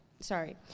sorry